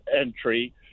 entry